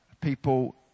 People